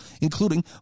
including